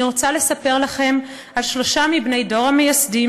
אני רוצה לספר לכם על שלושה מבני דור המייסדים,